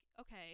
okay